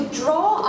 draw